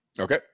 Okay